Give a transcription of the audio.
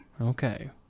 Okay